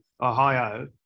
ohio